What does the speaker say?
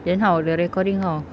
then how the recording how